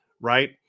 right